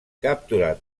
capturat